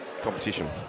competition